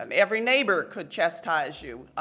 um every neighbor could chastise you,